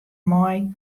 mei